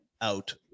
Out